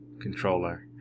controller